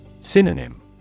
Synonym